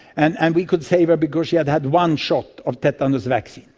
and and we could save her because she had had one shot of tetanus vaccine,